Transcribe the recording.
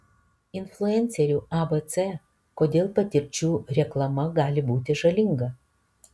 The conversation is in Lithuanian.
influencerių abc kodėl patirčių reklama gali būti žalinga